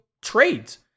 trades